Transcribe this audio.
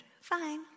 fine